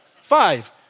Five